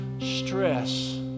stress